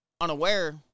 unaware